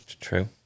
true